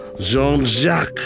Jean-Jacques